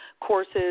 courses